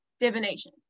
divination